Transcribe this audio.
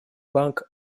банк